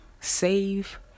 Save